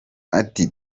ati